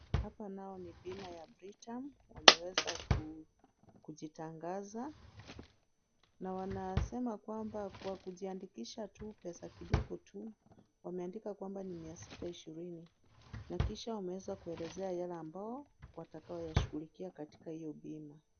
Hapa nayo ni bima ya Britam wameweza kujitangza. Na wansema kwamba kwa kujiandikisha tu pesa kidogo tu, wameandika kwamba ni 620, na kisha wameweza kuelezea jala ambao watakawa yashughulikia katika hiyo bima.